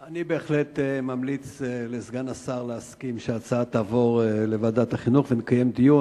אני ממליץ לסגן השר להסכים שההצעה תעבור לוועדת החינוך ונקיים דיון.